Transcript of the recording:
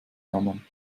hermann